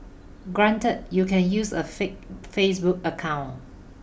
granted you can use a fake Facebook account